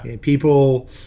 People